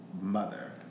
mother